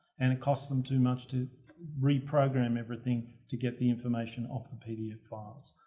and it costs them too much to reprogram everything to get the information off the pdf files.